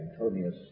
Antonius